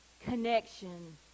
connection